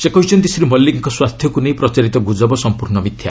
ସେ କହିଛନ୍ତି ଶ୍ରୀ ମଲିକଙ୍କ ସ୍ୱାସ୍ଥ୍ୟକୁ ନେଇ ପ୍ରଚାରିତ ଗୁଜବ ସଂପୂର୍ଣ୍ଣ ମିଥ୍ୟା